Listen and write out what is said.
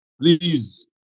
Please